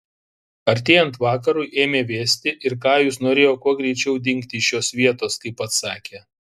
artėjant vakarui ėmė vėsti ir kajus norėjo kuo greičiau dingti iš šios vietos kaip pats sakė